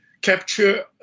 capture